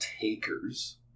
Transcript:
takers